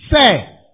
say